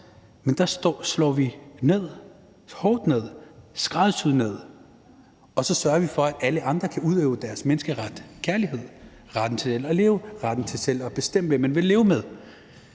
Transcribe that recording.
kontrol, slår hårdt – skræddersyet – ned. Og så sørger vi for, at alle andre kan udøve deres menneskeret, altså i forhold til kærlighed, retten til selv at bestemme, hvem man vil leve